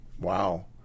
Wow